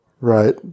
Right